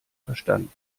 verstanden